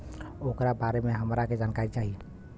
ओकरा बारे मे हमरा के जानकारी चाही?